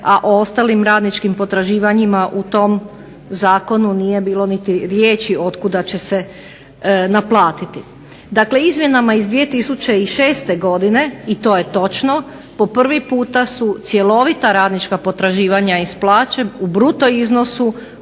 a o ostalim radničkim potraživanjima u tom zakonu nije bilo niti riječi od kuda će se naplatiti. Dakle, izmjenama iz 2006. godine i to je točno po prvi puta su cjelovita radnička potraživanja iz plaće u bruto iznosu